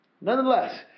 nonetheless